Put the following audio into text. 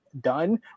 done